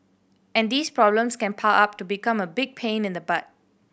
and these problems can pile up to become a big pain in the butt